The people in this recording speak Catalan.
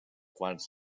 quarts